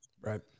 Right